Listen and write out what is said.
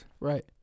Right